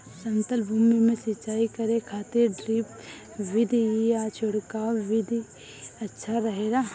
समतल भूमि में सिंचाई करे खातिर ड्रिप विधि या छिड़काव विधि अच्छा रहेला?